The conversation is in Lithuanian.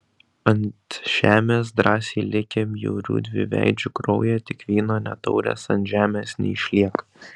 ant žemės drąsiai likę bjaurių dviveidžių kraują tik vyno nė taurės ant žemės neišliek